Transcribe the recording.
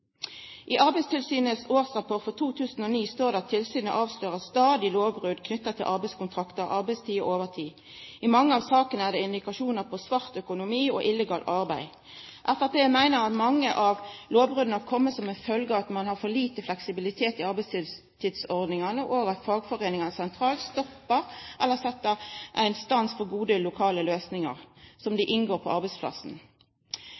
I Arbeidstilsynets årsrapport for 2009 står det at tilsynet avslører stadig lovbrudd knyttet til arbeidskontrakter, arbeidstid og overtid. I mange av sakene er det indikasjoner på svart økonomi og illegalt arbeid. Fremskrittspartiet mener at mange av lovbruddene kommer som en følge av at man har for liten fleksibilitet i arbeidstidsordningene, og at fagforeningene sentralt setter en stopper for gode lokale løsninger som